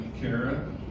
Kara